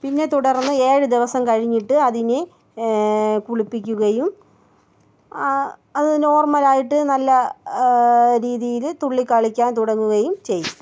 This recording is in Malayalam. പിന്നെ തുടർന്ന് ഏഴു ദിവസം കഴിഞ്ഞിട്ട് അതിനെ കുളിപ്പിക്കുകയും ആ അത് നോർമലായിട്ട് നല്ല രീതിയിൽ തുള്ളികളിക്കാൻ തുടങ്ങുകയും ചെയ്യും